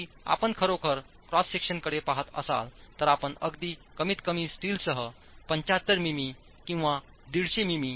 जरी आपण खरोखर क्रॉस सेक्शनकडे पाहत असाल तर आपण अगदी कमीतकमी स्टीलसह 75 मिमी किंवा 150 मि